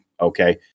okay